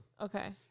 okay